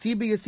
CBSE